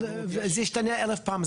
אבל זה ישתנה אלף פעם.